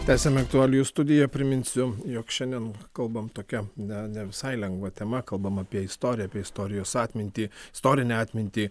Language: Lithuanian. tęsiam aktualijų studiją priminsiu jog šiandien kalbam tokia na ne visai lengva tema kalbam apie istoriją apie istorijos atmintį istorinę atmintį